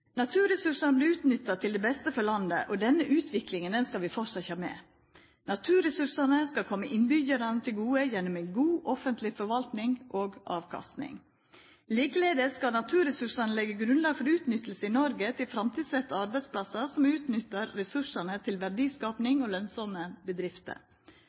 denne utviklinga skal vi fortsetja med. Naturressursane skal koma innbyggjarane til gode gjennom ei god offentleg forvalting og avkasting. Likeins skal naturressursane leggja grunnlaget for utnytting i Noreg til framtidsretta arbeidsplassar som utnyttar ressursane til verdiskaping og lønsame bedrifter.